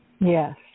Yes